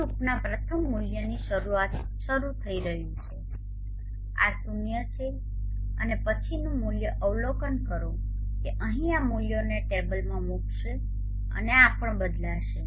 તે લૂપના પ્રથમ મૂલ્યથી શરૂ થઈ રહ્યું છે આ શૂન્ય છે અને પછીનું મૂલ્ય અવલોકન કરો કે આ અહીં આ મૂલ્યોને ટેબલમાં મૂકશે અને આ પણ બદલાશે